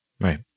right